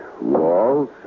walls